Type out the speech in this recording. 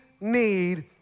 need